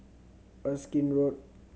Erskine Road